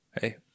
Hey